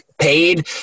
paid